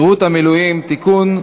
(תיקון,